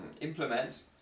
implement